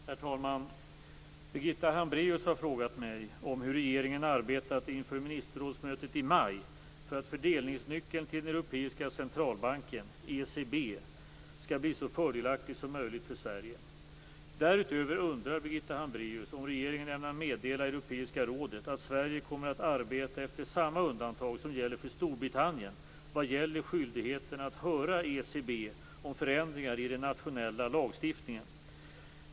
Herr talman! Birgitta Hambraeus har frågat mig om hur regeringen arbetat inför ministerrådsmötet i maj för att fördelningsnyckeln till den europeiska centralbanken, ECB, skall bli så fördelaktig som möjligt för Sverige. Därutöver undrar Birgitta Hambraeus om regeringen ämnar meddela Europeiska rådet att Sverige kommer att arbeta efter samma undantag som gäller för Storbritannien vad gäller skyldigheten att höra ECB om förändringar i den nationella lagstiftningen.